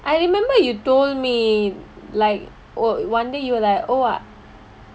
I remember you told me like one day you were like oh what